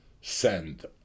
send